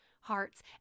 hearts